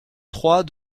trois